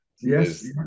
yes